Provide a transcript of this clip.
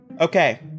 okay